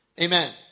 Amen